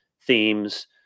themes